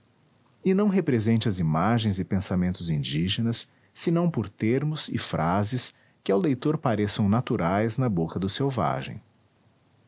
e não represente as imagens e pensamentos indígenas senão por termos e frases que ao leitor pareçam naturais na boca do selvagem